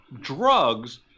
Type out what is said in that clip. drugs